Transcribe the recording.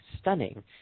stunning